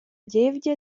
gievgia